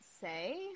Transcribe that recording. say